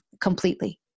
completely